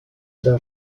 das